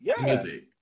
music